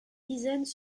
dizaines